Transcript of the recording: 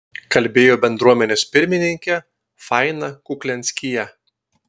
kalbėjo bendruomenės pirmininkė faina kuklianskyje